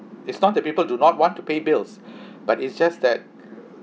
it's not the people do not want to pay bills but it's just that